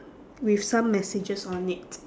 with some messages on it